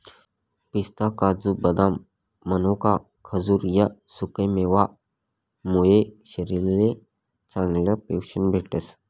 पिस्ता, काजू, बदाम, मनोका, खजूर ह्या सुकामेवा मुये शरीरले चांगलं पोशन भेटस